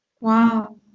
wow